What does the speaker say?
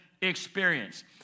experience